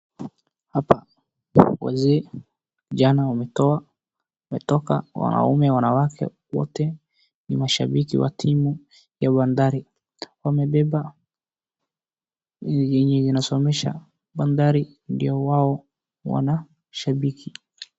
Hapa wazee vijana wametoka wanaume wanawake wote ni mashabiki wa timu ya bandari. Wamebeba yenye inatuonyesha bandari ndio wao wanashabiki.